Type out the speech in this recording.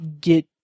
get